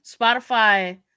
Spotify